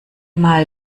mal